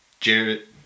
Jarrett